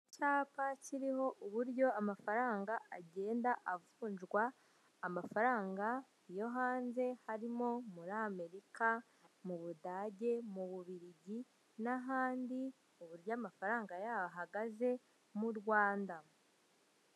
Icyapa kiriho uburyo amafaranga agenda avunjwa, amafaranga yo hanze harimo; muri Amerika, mu Budage, mu Bubiligi, n'ahandi, uburyo amafaranga yagaze mu Rwanda.